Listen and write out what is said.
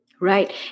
Right